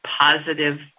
positive